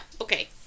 Okay